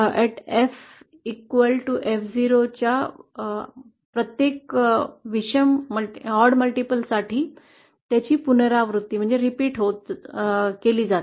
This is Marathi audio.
एफ ० च्या प्रत्येक विशम मल्टिपल साठी त्याची पुनरावृत्ती केली जाते